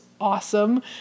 awesome